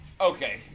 Okay